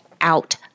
out